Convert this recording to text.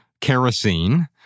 kerosene